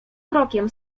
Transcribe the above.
krokiem